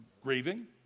Grieving